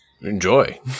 enjoy